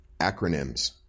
Acronyms